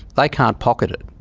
they can't pocket it.